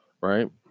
Right